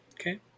Okay